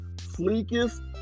sleekest